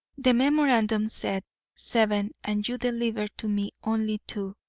the memorandum said seven and you delivered to me only two